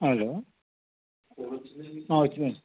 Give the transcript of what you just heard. hello ఆ వచ్చినాయి